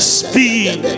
speed